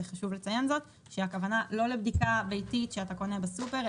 וחשוב לציין שהכוונה לא לבדיקה ביתית שאתה קונה בסופר,